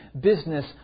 business